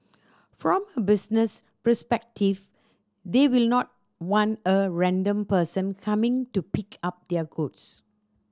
from a business perspective they will not want a random person coming to pick up their goods